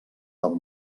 del